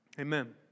Amen